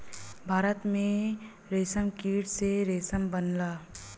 भारत में रेशमकीट से रेशम बनला